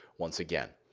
once again,